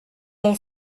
mon